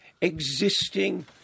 existing